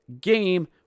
game